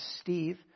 Steve